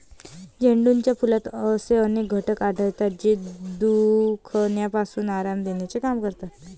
झेंडूच्या फुलात असे अनेक घटक आढळतात, जे दुखण्यापासून आराम देण्याचे काम करतात